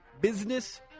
Business